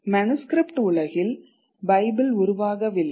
manuscript உலகில் Bible உருவாகவில்லை